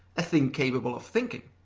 a thing capable of thinking.